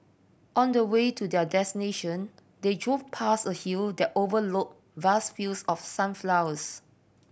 on the way to their destination they drove past a hill that overlooked vast fields of sunflowers